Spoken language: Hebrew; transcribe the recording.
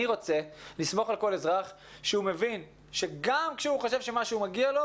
אני רוצה לסמוך על כל אזרח שהוא מבין שגם כשהוא חושב שמשהו מגיע לו,